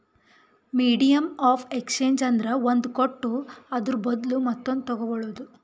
medium of exchange ಅಂದ್ರ ಒಂದ್ ಕೊಟ್ಟು ಅದುರ ಬದ್ಲು ಮತ್ತೊಂದು ತಗೋಳದ್